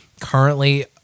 currently